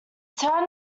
town